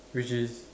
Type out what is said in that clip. which is